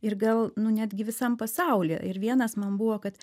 ir gal nu netgi visam pasauly ir vienas man buvo kad